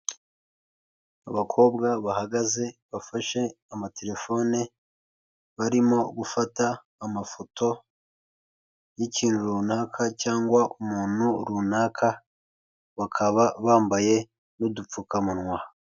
Abakobwa bahagaze, bafashe amatelefone, barimo gufata amafoto y'ikintu runaka cyangwa umuntu runaka, bakaba bambaye n'udupfukamunwa.